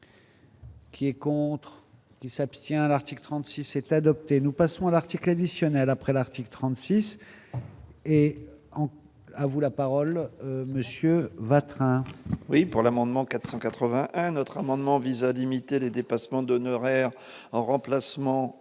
Qui est contre. Qui s'abstient, l'article 36 est adopté, nous passerons à l'article additionnel après l'article 36. Et à vous la parole monsieur Vatrin. Oui pour l'amendement 480 un autre amendement vise à limiter les dépassements d'honoraires en remplacement,